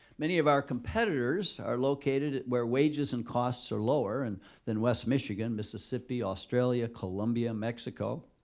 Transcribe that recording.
many of our competitors are located where wages and costs are lower and than west michigan, mississippi, australia, colombia, mexico.